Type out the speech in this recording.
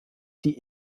die